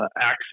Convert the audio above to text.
access